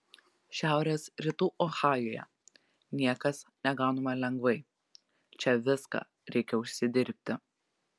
šiaurės rytų ohajuje niekas negaunama lengvai čia viską reikia užsidirbti